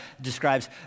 describes